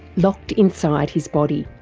locked inside his body.